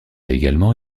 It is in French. également